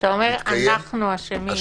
כשאתה אומר אנחנו אשמים?